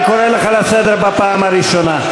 אני קורא אותך לסדר בפעם הראשונה.